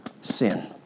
sin